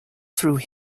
through